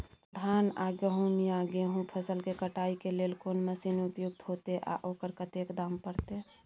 धान आ गहूम या गेहूं फसल के कटाई के लेल कोन मसीन उपयुक्त होतै आ ओकर कतेक दाम परतै?